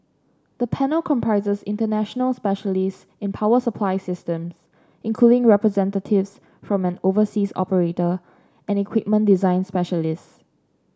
the panel comprises international specialist in power supply system including representatives from an overseas operator and equipment design specialist